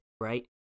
right